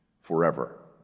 forever